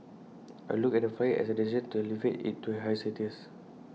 I look at the flyer as A destination to elevate IT to A higher status